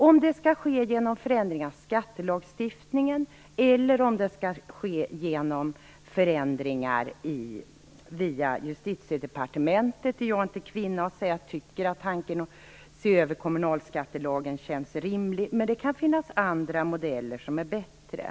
Om det skall ske genom en förändring av skattelagstiftningen eller genom förändringarna via Justitiedepartementet är jag inte kvinna att säga. Jag tycker att tanken att se över kommunalskattelagen känns rimlig, men det kan finnas andra modeller som är bättre.